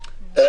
כרונולוגית.